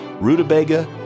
rutabaga